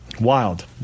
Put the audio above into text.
wild